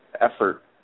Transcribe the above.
effort